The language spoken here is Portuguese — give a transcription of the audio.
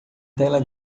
tela